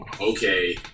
okay